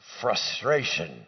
frustration